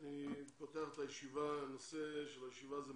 אני פותח את ישיבת ועדת העלייה, הקליטה והתפוצות.